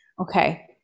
okay